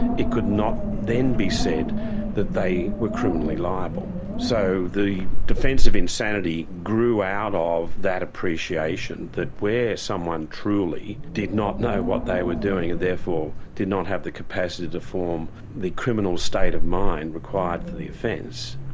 it could not then be said that they were criminally liable. so the defence of insanity insanity grew out of that appreciation that where someone truly did not know what they were doing and therefore did not have the capacity to form the criminal state of mind required for the offence,